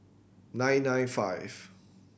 nine nine five